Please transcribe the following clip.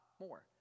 more